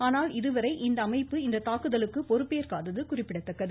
ஆனால் இதுவரை இந்த அமைப்பு இந்த தாக்குதலுக்கு பொறுப்பேற்காதது குறிப்பிடத்தக்கது